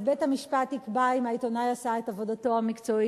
אז בית-המשפט יקבע אם העיתונאי עשה את עבודתו המקצועית.